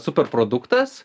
super produktas